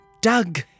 Doug